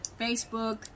Facebook